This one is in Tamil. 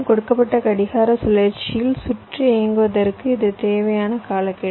கொடுக்கப்பட்ட கடிகார சுழற்சியில் சுற்று இயங்குவதற்கு இது தேவையான காலக்கெடு